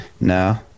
no